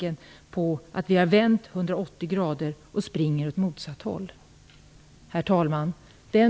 Herr talman!